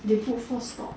they four stop